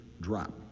drop